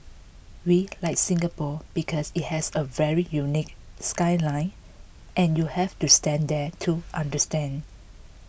we like Singapore because it has a very unique skyline and you have to stand there to understand